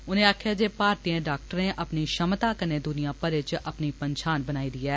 उ'नें आक्खेआ जे भारतीय डाक्टरें अपनी क्षमता कन्नै दुनिया भरै च अपनी पंछान बनाई दी ऐ